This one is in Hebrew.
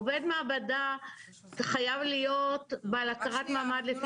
עובד מעבדה חייב להיות בעל הצהרת מעמד לפי סעיף